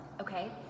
okay